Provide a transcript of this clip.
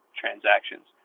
transactions